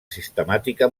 sistemàtica